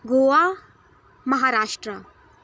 Goa Maharashtra